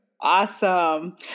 Awesome